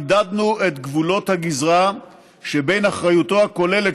חידדנו את גבולות הגזרה שבין אחריותו הכוללת